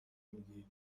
میگی